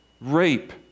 Rape